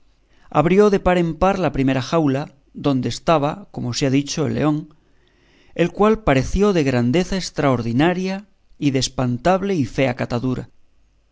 abrió de par en par la primera jaula donde estaba como se ha dicho el león el cual pareció de grandeza extraordinaria y de espantable y fea catadura